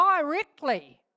directly